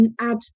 Add